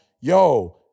yo